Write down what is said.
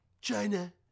China